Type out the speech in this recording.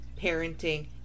parenting